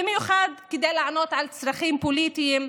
במיוחד כדי לענות על צרכים פוליטיים,